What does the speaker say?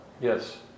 Yes